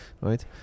right